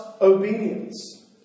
obedience